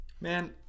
Man